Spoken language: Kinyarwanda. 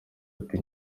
ati